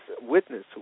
witness